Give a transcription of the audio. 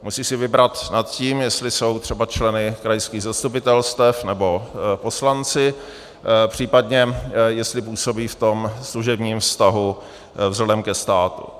Musí si vybrat nad tím, jestli jsou třeba členy krajských zastupitelstev nebo poslanci, případně jestli působí v tom služebním vztahu vzhledem ke státu.